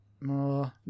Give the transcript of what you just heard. no